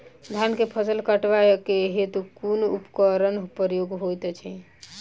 धान केँ फसल कटवा केँ हेतु कुन उपकरणक प्रयोग होइत अछि?